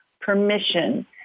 permission